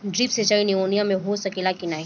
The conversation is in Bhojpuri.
ड्रिप सिंचाई नेनुआ में हो सकेला की नाही?